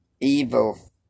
evil